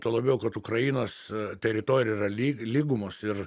tuo labiau kad ukrainos teritorija yra lygumos ir